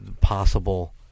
possible